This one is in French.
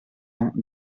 ans